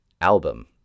album